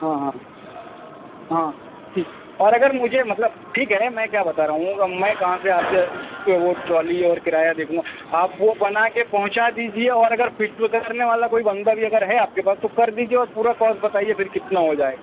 ہاں ہاں ہاں ٹھیک ہے اور اگر مجھے مطلب ٹھیک ہے میں کیا بتا رہا ہوں میں کہاں سے آتے کے وہ ٹرالی اور کرایہ دیکھوں گا آپ وہ بنا کے پہنچا دیجیے اور اگر فٹ اٹ کرنے والا کوئی بندہ بھی اگر ہے آپ کے پاس تو کر دیجیے اور پورا کوسٹ بتائیے پھر کتنا ہو جائے گا